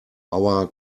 our